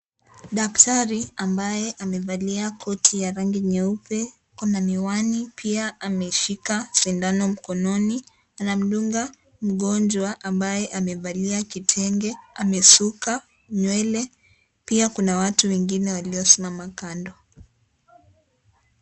Daktari ambaye amevalia koti ya rangi nyeupe ako na miwani pia ameshika sindano mkononi, anamdunga mgonjwa ambaye amevalia vitenge amesuka nywele, pia kuna watu wengine waliosimama kando.